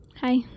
Hi